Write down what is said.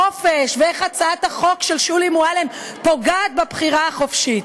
חופש" ו"איך הצעת החוק של שולי מועלם פוגעת בבחירה החופשית"?